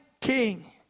king